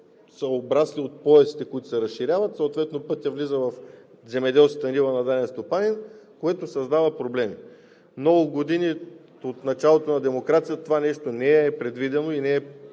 са обрасли от поясите, които се разширяват, съответно пътят влиза в земеделската нива на даден стопанин, което създава проблеми. Много години от началото на демокрацията това нещо не е предвидено и не